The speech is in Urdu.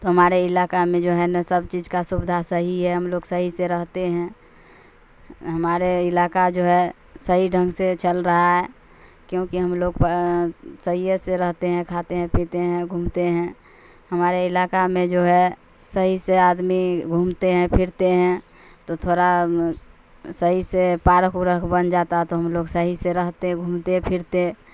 تو ہمارے علاقہ میں جو ہے نا سب چیز کا سویدھا صحیح ہے ہم لوگ صحیح سے رہتے ہیں ہمارے علاقہ جو ہے صحیح ڈھنگ سے چل رہا ہے کیوںکہ ہم لوگ صحیح سے رہتے ہیں کھاتے ہیں پیتے ہیں گھومتے ہیں ہمارے علاقہ میں جو ہے صحیح سے آدمی گھومتے ہیں پھرتے ہیں تو تھوڑا صحیح سے پارک وورک بن جاتا ہے تو ہم لوگ صحیح سے رہتے گھومتے پھرتے